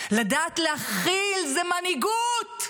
לדעת להכיל זו מנהיגות,